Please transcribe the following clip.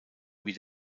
wie